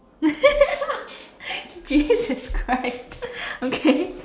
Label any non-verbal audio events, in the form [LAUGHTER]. [LAUGHS] jesus christ okay